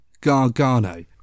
gargano